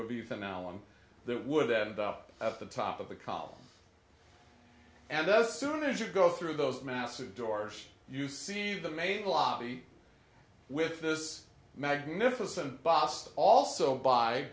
one that would end up at the top of the column and as soon as you go through those massive doors you see the main lobby with this magnificent boss also by